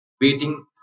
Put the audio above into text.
waiting